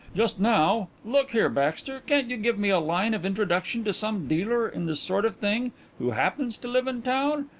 just now look here, baxter, can't you give me a line of introduction to some dealer in this sort of thing who happens to live in town?